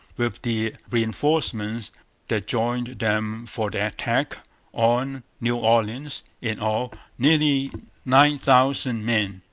with the reinforcements that joined them for the attack on new orleans in all, nearly nine thousand men.